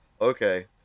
okay